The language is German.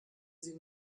sie